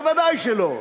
ודאי שלא.